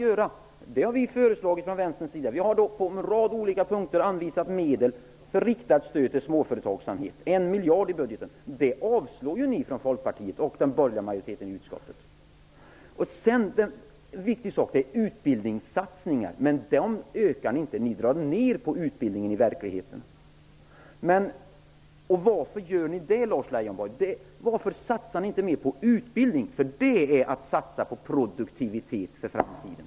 Från vänstern har vi föreslagit att medel anvisas på en rad olika punkter för riktat stöd till småföretagsamhet. Detta gällde en miljard i budgeten. Men ni från Folkpartiet och resten av den borgerliga majoriteten i utskottet avstyrkte förslaget. En annan viktig sak är utbildningssatsningar, men ni ökar inte dessa satsningar utan drar i verkligheten ner på utbildningen. Varför gör ni det, Lars Leijonborg? Varför satsar ni inte mer på utbildning? Det är nämligen att satsa på produktivitet för framtiden.